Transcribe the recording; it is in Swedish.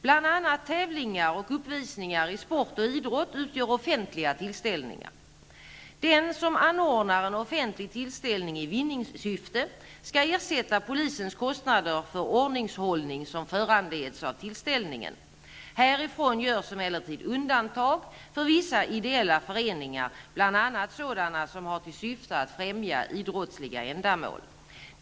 Bl.a. tävlingar och uppvisningar i sport och idrott utgör offentliga tillställningar. Den som anordnar en offentlig tillställning i vinningssyfte skall ersätta polisens kostnader för ordningshållning som föranleds av tillställningen. Härifrån görs emellertid undantag för vissa ideella föreningar, bl.a. sådana som har till syfte att främja idrottsliga ändamål.